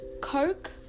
coke